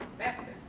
batson.